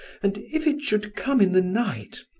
and if it should come in the night,